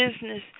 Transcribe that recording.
business